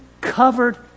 covered